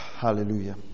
Hallelujah